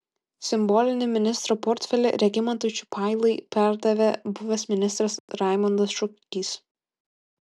simbolinį ministro portfelį regimantui čiupailai perdavė buvęs ministras raimondas šukys